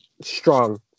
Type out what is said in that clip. strong